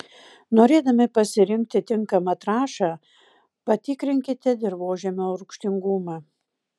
norėdami pasirinkti tinkamą trąšą patikrinkite dirvožemio rūgštingumą